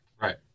Right